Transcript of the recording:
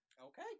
Okay